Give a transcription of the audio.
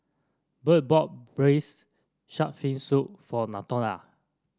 Budd bought Braised Shark Fin Soup for Latonya